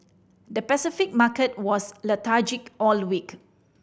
the Pacific market was lethargic all week